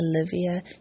Olivia